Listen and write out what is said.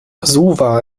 suva